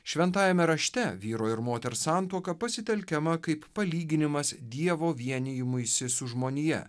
šventajame rašte vyro ir moters santuoka pasitelkiama kaip palyginimas dievo vienijimuisi su žmonija